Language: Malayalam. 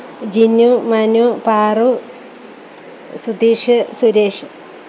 ജിനു മനു പാറു സുധീഷ് സുരേഷ്